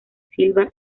silva